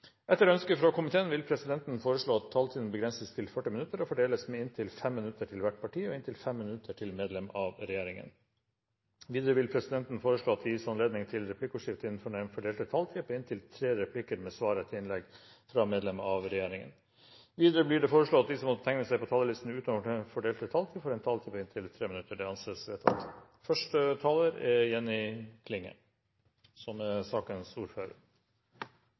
Etter ønske fra justiskomiteen vil presidenten foreslå at taletiden begrenses til 40 minutter og fordeles med inntil 5 minutter til hvert parti og inntil 5 minutter til medlem av regjeringen. Videre vil presidenten foreslå at det gis anledning til replikkordskifte på inntil tre replikker med svar etter innlegg fra medlem av regjeringen innenfor den fordelte taletid. Videre blir det foreslått at de som måtte tegne seg på talerlisten utover den fordelte taletid, får en taletid på inntil 3 minutter. – Det anses vedtatt. Eg er